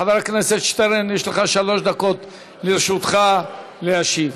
חבר הכנסת שטרן, שלוש דקות לרשותך להשיב.